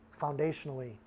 foundationally